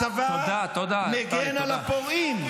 הצבא מגן על הפורעים.